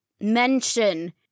mention